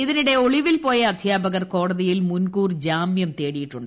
ഇതിനിടെ ഒളിവിൽ പോയ അധ്യാപകർ കോടതിയിൽ മുൻകൂർ ജാമ്യം തേടിയിട്ടുണ്ട്